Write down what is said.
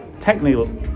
technically